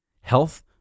health